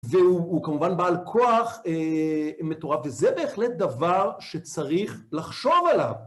והוא כמובן בעל כוח מטורף, וזה בהחלט דבר שצריך לחשוב עליו.